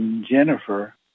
Jennifer